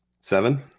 Seven